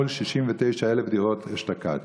מול 69,000 דירות אשתקד.